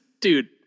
dude